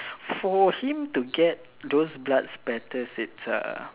for him to get those blood splatters it's uh